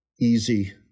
easy